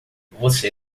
você